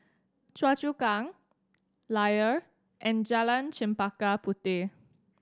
Choa Chu Kang Layar and Jalan Chempaka Puteh